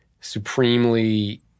supremely